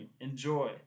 enjoy